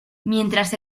mientras